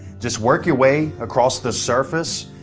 just work your way across the surface,